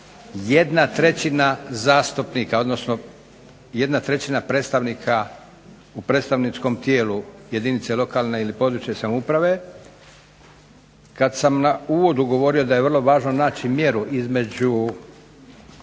jedna trećina zastupnika, odnosno jedna trećina predstavnika u predstavničkom tijelu jedinice lokalne ili područne samouprave. Kad sam na uvodu govorio da je vrlo važno naći mjeru između,